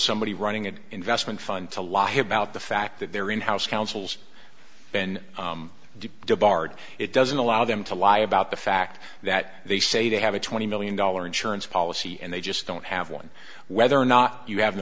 somebody running an investment fund to lie about the fact that their in house counsels been disbarred it doesn't allow them to lie about the fact that they say they have a twenty million dollar insurance policy and they just don't have one whether or not you have the